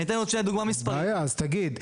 אין בעיה אז תגיד,